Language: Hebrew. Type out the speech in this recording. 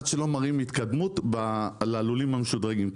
עד שלא מראים התקדמות ללולים המשודרגים.